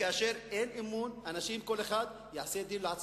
כאשר אין אמון, כל אחד יעשה דין לעצמו,